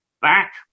back